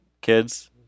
kids